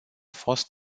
fost